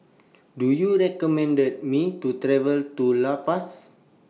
Do YOU recommend Me to travel to La Paz